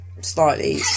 slightly